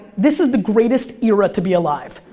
this is the greatest era to be alive.